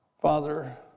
Father